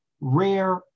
Rare